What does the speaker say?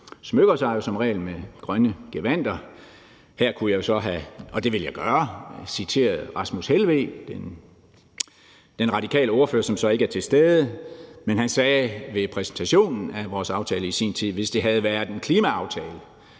iklæder sig jo som regel grønne gevandter. Her kunne jeg så – og det vil jeg gøre – citere Rasmus Helveg Petersen, den radikale ordfører, som ikke er til stede. Han sagde ved præsentationen af vores aftale i sin tid: Hvis det havde været en klimaaftale,